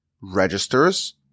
registers